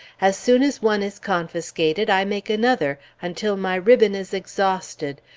as soon as one is confiscated, i make another, until my ribbon is exhausted,